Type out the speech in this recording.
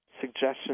suggestions